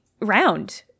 round